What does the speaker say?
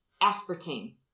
Aspartame